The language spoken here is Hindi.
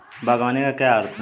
बागवानी का क्या अर्थ है?